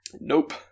Nope